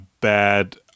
bad